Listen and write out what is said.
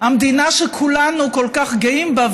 המדינה שכולנו כל כך גאים בה.